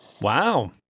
Wow